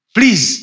Please